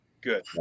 Good